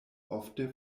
ofte